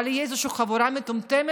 אבל תהיה איזושהי חבורה מטומטמת,